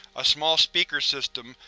a small speaker system,